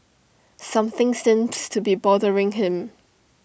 something seems to be bothering him